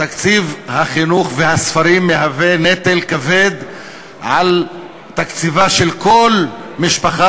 תקציב החינוך והספרים מהווה נטל כבד על תקציבה של כל משפחה,